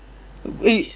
eh